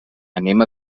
anem